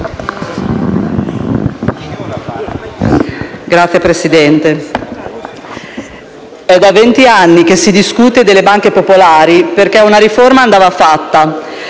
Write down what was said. Signor Presidente, è da vent'anni che si discute delle banche popolari perché una riforma andava fatta.